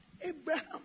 Abraham